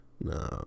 No